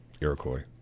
Iroquois